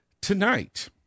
tonight